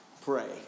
pray